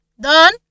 done